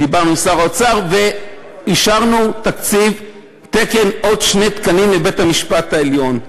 דיברנו עם שר האוצר ואישרנו תקציב לעוד שני תקנים לבית-המשפט העליון.